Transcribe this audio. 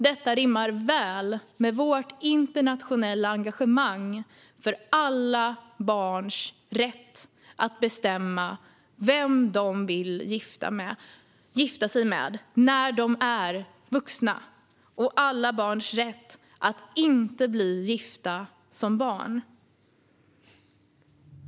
Det rimmar väl med vårt internationella engagemang för alla barns rätt att bestämma vem de vill gifta sig med när de är vuxna och alla barns rätt att inte bli gifta som barn.